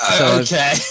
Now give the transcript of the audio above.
Okay